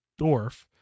dwarf